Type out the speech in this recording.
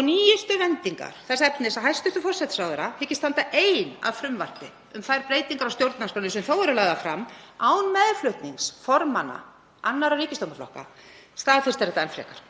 Og nýjustu vendingar þess efnis að hæstv. forsætisráðherra hyggist standa ein að frumvarpi um þær breytingar á stjórnarskránni sem þó eru lagðar fram, án meðflutnings formanna annarra ríkisstjórnarflokka, staðfesta þetta enn frekar.